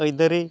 ᱟᱹᱭᱫᱟᱹᱨᱤ